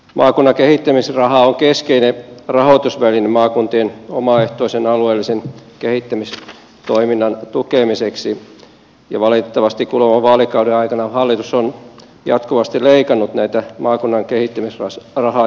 maakunnan kehittämisraha on keskeinen rahoitusväline maakuntien omaehtoisen alueellisen kehittämistoiminnan tukemiseksi ja valitettavasti kuluvan vaalikauden aikana hallitus on jatkuvasti leikannut tätä maakunnan kehittämisrahaa joka vuosi